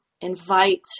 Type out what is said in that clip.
invite